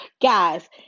guys